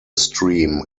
stream